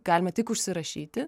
galima tik užsirašyti